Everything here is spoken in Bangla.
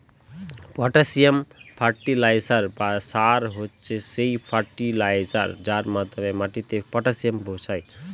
পটাসিয়াম ফার্টিলাইসার বা সার হচ্ছে সেই ফার্টিলাইজার যার মাধ্যমে মাটিতে পটাসিয়াম পৌঁছায়